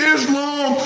Islam